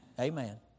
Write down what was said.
Amen